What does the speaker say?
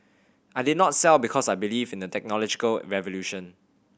I did not sell because I believe in the technological revolution